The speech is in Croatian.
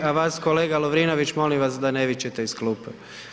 A vas kolega Lovrinović molim vas da ne vičete iz klupe.